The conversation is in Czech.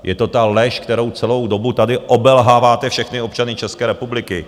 Je to ta lež, kterou celou dobu tady obelháváte všechny občany České republiky.